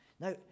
Now